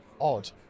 odd